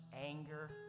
anger